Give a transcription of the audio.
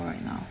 right now